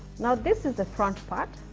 now this is the front part